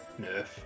nerf